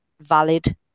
valid